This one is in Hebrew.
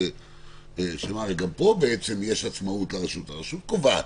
גם פה יש עצמאות לרשות, הרשות קובעת,